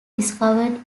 discovered